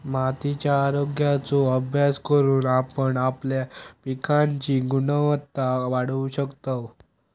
मातीच्या आरोग्याचो अभ्यास करून आपण आपल्या पिकांची गुणवत्ता वाढवू शकतव